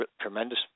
tremendous